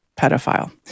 pedophile